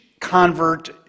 convert